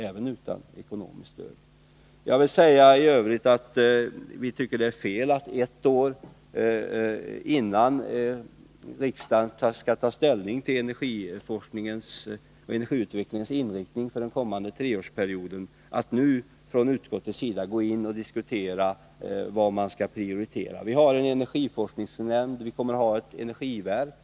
Det vore fel om vi från utskottets sida nu, ett år innan riksdagen skall ta ställning till energiforskningens och energiutvecklingens inriktning för den kommande treårsperioden, diskuterade vad som skall prioriteras. Vi har en energiforskningsnämnd, och vi kommer att få ett energiverk.